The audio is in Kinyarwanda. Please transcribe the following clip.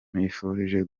nkwifurije